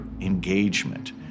engagement